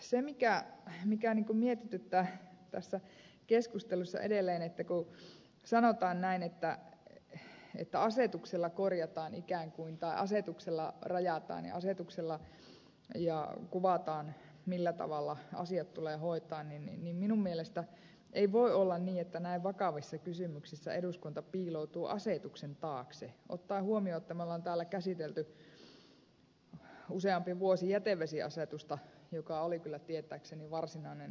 se mikä mietityttää tässä keskustelussa edelleen on se että kun sanotaan näin että asetuksella ikään kuin korjataan tai asetuksella rajataan ja kuvataan millä tavalla asiat tulee hoitaa niin minun mielestäni ei voi olla niin että näin vakavissa kysymyksissä eduskunta piiloutuu asetuksen taakse ottaen huomioon että me olemme täällä käsitelleet useampi vuosi jätevesiasetusta joka oli kyllä tietääkseni varsinainen susien susi